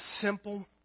simple